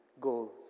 goals